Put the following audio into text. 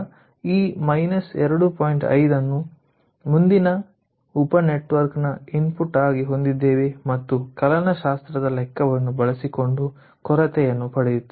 5 ಅನ್ನು ಮುಂದಿನ ಉಪ ನೆಟ್ವರ್ಕ್ನ ಇನ್ಪುಟ್ ಆಗಿ ಹೊಂದಿದ್ದೇವೆ ಮತ್ತು ಕಲನಶಾಸ್ತ್ರದ ಲೆಕ್ಕಾವನ್ನು ಬಳಸಿಕೊಂಡು ಕೊರತೆಯನ್ನು ಪಡೆಯುತ್ತೇವೆ